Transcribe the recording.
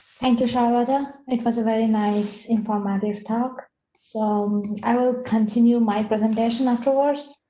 thank you shout. but it was a very nice, informative talk so i will continue my presentation afterwards.